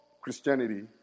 Christianity